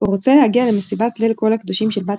הוא רוצה להגיע למסיבת ליל כל הקדושים של בת כיתתו,